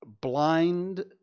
blind